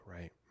right